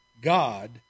God